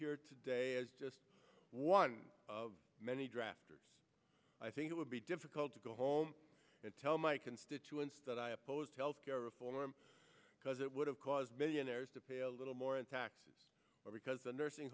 here today as just one of many drafters i think it would be difficult to go home and tell my constituents that i opposed health care reform because it would have caused millionaires to pay a little more taxes because the nursing